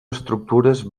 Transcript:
estructures